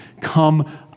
Come